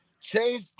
Change